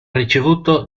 ricevuto